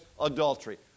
adultery